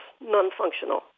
non-functional